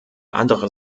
andere